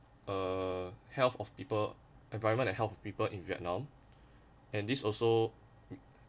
uh health of people environment and health people in vietnam and this also